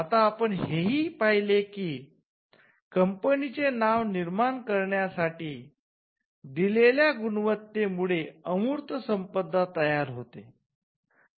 आत आपण हे पहिले की कंपनीचे नाव निर्माण करण्या साठी दिलेल्या गुणवत्तेमुळे अमूर्त संपदा तयार होते